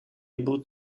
able